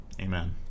Amen